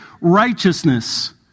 righteousness